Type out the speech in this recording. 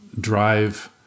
drive